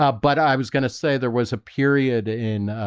ah but i was going to say there was a period in.